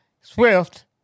Swift